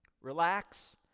Relax